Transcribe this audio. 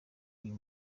uyu